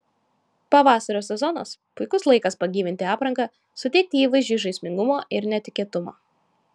pavasario sezonas puikus laikas pagyvinti aprangą suteikti įvaizdžiui žaismingumo ir netikėtumo